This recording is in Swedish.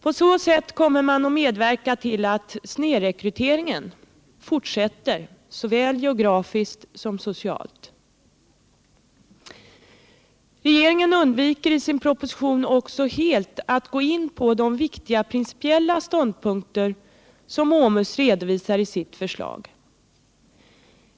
På så sätt kommer man att medverka till att snedrekryteringen fortsätter såväl geografiskt som socialt. Regeringen undviker i sin proposition också helt att gå in på de viktiga principiella ståndpunkter som OMUS redovisar i sitt förslag.